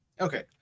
Okay